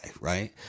right